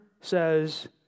says